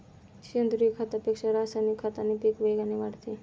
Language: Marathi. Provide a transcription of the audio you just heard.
सेंद्रीय खतापेक्षा रासायनिक खताने पीक वेगाने वाढते